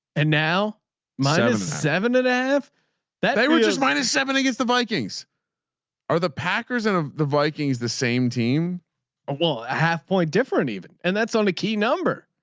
and now my seven and a half that were just minus seven against the vikings are the packers and ah the vikings the same team a one a half point difference even. and that's only key. no